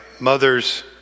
mother's